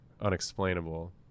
unexplainable